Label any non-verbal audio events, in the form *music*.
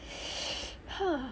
*breath* !huh!